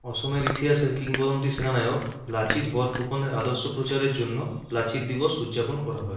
অসমের ইতিহাসের কিংবদন্তী সেনানায়ক লাচিত বরফুকনের আদর্শ প্রচারের জন্য লাচিত দিবস উদ্যাপন করা হয়